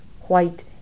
white